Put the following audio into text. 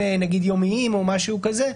נגיד יומיים או משהו כזה,